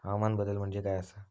हवामान बदल म्हणजे काय आसा?